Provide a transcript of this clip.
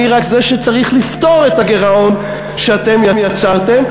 אני רק זה שצריך לפתור את הגירעון שאתם יצרתם.